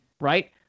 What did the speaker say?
right